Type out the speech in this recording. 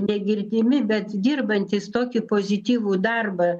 negirdimi bet dirbantys tokį pozityvų darbą